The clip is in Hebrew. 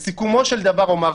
לסיכומו של דבר אומר כך: